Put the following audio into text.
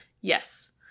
Yes